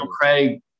Craig